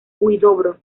huidobro